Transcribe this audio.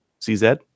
CZ